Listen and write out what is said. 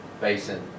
basin